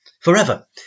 forever